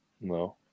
No